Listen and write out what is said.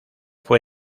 fue